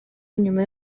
nyuma